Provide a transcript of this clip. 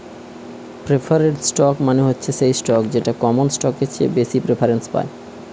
preferred stock মানে হচ্ছে সেই স্টক যেটা কমন স্টকের চেয়ে বেশি প্রেফারেন্স পায়